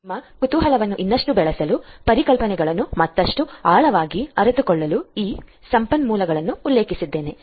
ನಿಮ್ಮ ಕುತೂಹಲವನ್ನು ಇನ್ನಷ್ಟು ಬೆಳೆಸಲು ಪರಿಕಲ್ಪನೆಗಳನ್ನು ಮತ್ತಷ್ಟು ಆಳವಾಗಿ ಅರಿತುಕೊಳ್ಳಲು ಈ ಸಂಪನ್ಮೂಲಗಳನ್ನು ಉಲ್ಲೇಖಿಸಿದ್ದೇನೆ